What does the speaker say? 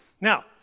Now